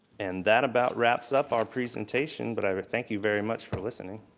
and that about wraps up our presentation. but i think you very much for listening.